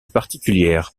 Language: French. particulière